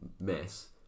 mess